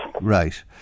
Right